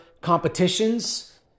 competitions